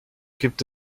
gibt